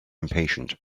impatient